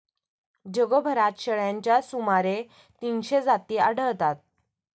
जगभरात शेळ्यांच्या सुमारे तीनशे जाती आढळतात